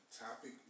topic